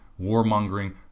warmongering